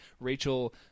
Rachel